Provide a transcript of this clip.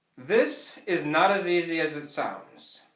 this is not as easy as it sounds.